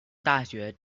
大学